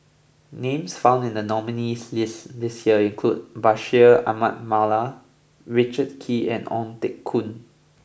names found in the nominees' list this year include Bashir Ahmad Mallal Richard Kee and Ong Teng Koon